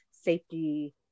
safety